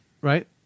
right